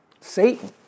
Satan